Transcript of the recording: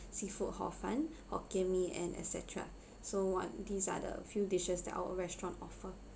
seafood hor fun hokkien mee and et cetera so one these are the few dishes that our restaurant offer